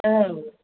औ